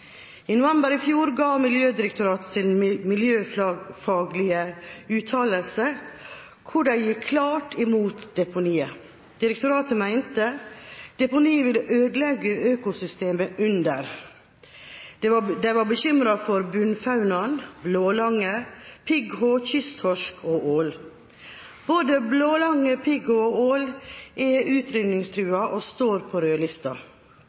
I november i fjor ga Miljødirektoratet sin miljøfaglige uttalelse, der de gikk klart imot deponiet. Direktoratet mente deponiet ville ødelegge økosystemet under. De var bekymret for bunnfaunaen – blålange, pigghå, kysttorsk og ål. Både blålange, pigghå og ål er utryddingstruet og står på rødlista.